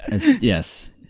Yes